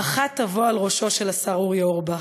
ברכה תבוא על ראשו של השר אורי אורבך,